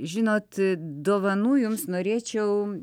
žinot dovanų jums norėčiau